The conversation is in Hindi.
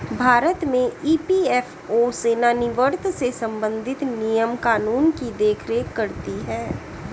भारत में ई.पी.एफ.ओ सेवानिवृत्त से संबंधित नियम कानून की देख रेख करती हैं